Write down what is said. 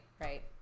right